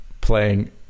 playing